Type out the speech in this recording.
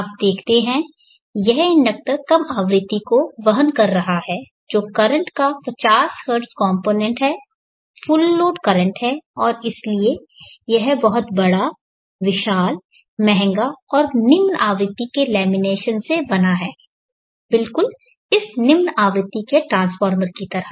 आप देखते हैं यह इंडक्टर कम आवृत्ति को वहन कर रहा है जो करंट का 50 हर्ट्ज कॉम्पोनेन्ट है फुल लोड करंट है और इसलिए यह बहुत बड़ा विशाल महंगा होगा और निम्न आवृत्ति के लेमिनेशन से बना है बिलकुल इस निम्न आवृत्ति के ट्रांसफार्मर की तरह